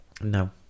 No